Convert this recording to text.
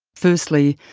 firstly,